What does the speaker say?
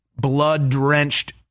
blood-drenched